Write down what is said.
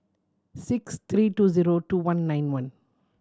six three two zero two one nine one